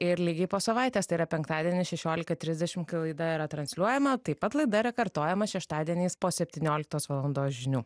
ir lygiai po savaitės tai yra penktadienį šešiolika trisdešim laida yra transliuojama taip pat laida yra kartojama šeštadieniais po septynioliktos valandos žinių